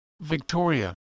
victoria